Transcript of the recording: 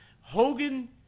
Hogan